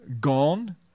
Gone